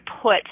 put